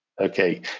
Okay